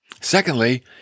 Secondly